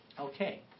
Okay